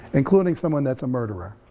including someone that's a murderer,